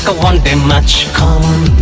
ah one day match come